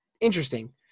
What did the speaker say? interesting